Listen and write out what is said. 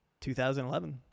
2011